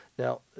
Now